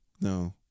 no